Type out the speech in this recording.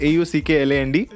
Auckland